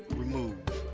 remove.